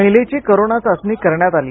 महिलेची कोरोना चाचणी करण्यात आली